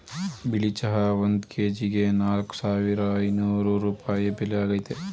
ಬಿಳಿ ಚಹಾ ಒಂದ್ ಕೆಜಿಗೆ ನಾಲ್ಕ್ ಸಾವಿರದ ಐನೂರ್ ರೂಪಾಯಿ ಬೆಲೆ ಆಗೈತೆ